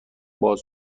باز